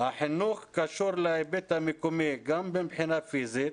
החינוך קשור להיבט המקומי, גם מבחינה פיזית,